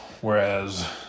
whereas